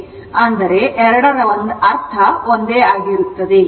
ಆದ್ದರಿಂದ ಎರಡರ ಅರ್ಥ ಒಂದೇ ಆಗಿರುತ್ತದೆ